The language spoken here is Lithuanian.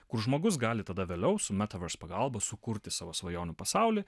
kur žmogus gali tada vėliau su metaverse pagalba sukurti savo svajonių pasaulį